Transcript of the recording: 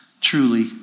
truly